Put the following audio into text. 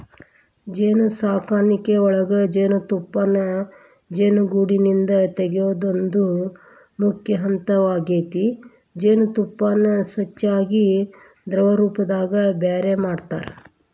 ಜೇನುಸಾಕಣಿಯೊಳಗ ಜೇನುತುಪ್ಪಾನ ಜೇನುಗೂಡಿಂದ ತಗಿಯೋದು ಮುಖ್ಯ ಹಂತ ಆಗೇತಿ ಜೇನತುಪ್ಪಾನ ಸ್ವಚ್ಯಾಗಿ ದ್ರವರೂಪದಾಗ ಬ್ಯಾರೆ ಮಾಡ್ತಾರ